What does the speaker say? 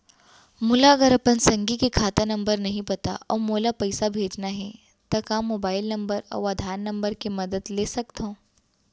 मोला अगर अपन संगी के खाता नंबर नहीं पता अऊ मोला ओला पइसा भेजना हे ता का मोबाईल नंबर अऊ आधार नंबर के मदद ले सकथव?